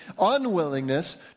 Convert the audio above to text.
unwillingness